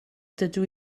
dydw